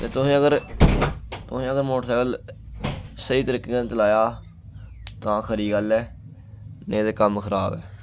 ते तुहें अगर तुहें अगर मोटरसैकल स्हेई तरीके कन्नै चलाया तां खरी गल्ल ऐ नेईं ते कम्म खराब ऐ